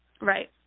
right